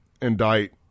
indict